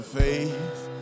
faith